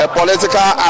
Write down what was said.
political